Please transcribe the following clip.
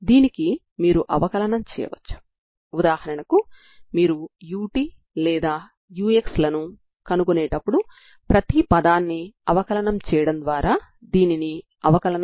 దీనికి బిందు లబ్దాన్ని రెండు వైపులా అప్లై చేస్తే Bn2n1πc2L2L0Lgcos 2n1πx2L dx ని మీరు చూడగలరు